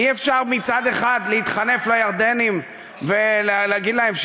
אי-אפשר מצד אחד להתחנף לירדנים ולהגיד להם: